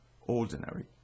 ordinary